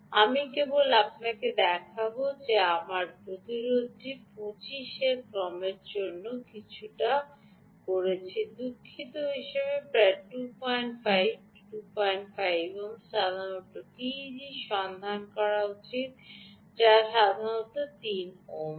আমি কেবল আপনাকে দেখাব যে আমরা প্রতিরোধটি 25 এর ক্রমের মতো কিছু করছি দুঃখিত হিসাবে প্রায় 25 ওহম লাগে আপনার সাধারণত টিইজি সন্ধান করা উচিত যা সাধারণত 3 ওহম থাকে